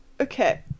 Okay